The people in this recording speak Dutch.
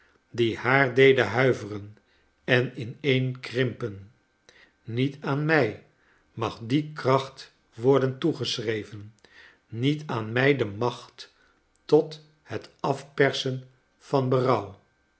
die haar deden huiveren en ineenkrimpen niet aan mij mag die kracht worden toegeschreven niet aan mij de maclit tot het afpersen van